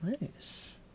Nice